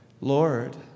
Lord